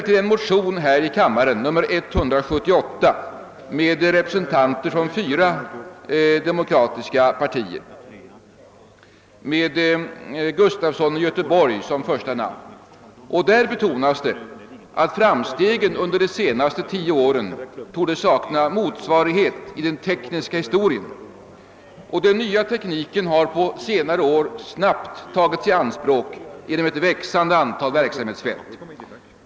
I motion II: 178, som har herr Gustafson i Göteborg som första namn och som undertecknats av representanter för de fyra demokratiska partierna, betonas att framstegen under de senaste tio åren torde sakna motsvarighet i den tekniska historien. Den nya tekniken har på senare år snabbt tagits i anspråk på ett växande antal verksamhetsfält.